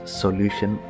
solution